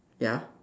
ya